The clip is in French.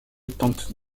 tente